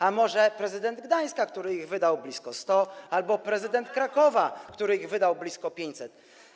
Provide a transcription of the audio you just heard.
A może prezydent Gdańska, który ich wydał blisko 100, albo prezydent Krakowa, który ich wydał blisko 500?